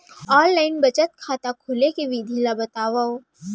Online बचत खाता खोले के विधि ला बतावव?